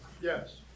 Yes